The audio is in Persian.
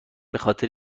بخاطر